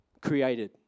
created